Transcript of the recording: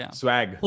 swag